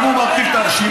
גם הוא מפיל את הרשימה,